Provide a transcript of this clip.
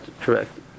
correct